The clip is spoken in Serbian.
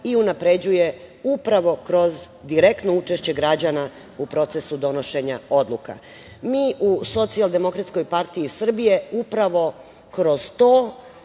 i unapređuje upravo kroz direktno učešće građana u procesu donošenja odluka. Mi u Socijaldemokratskoj partiji Srbije upravo kroz to